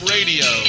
Radio